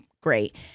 Great